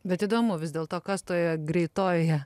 bet įdomu vis dėlto kas toje greitojoje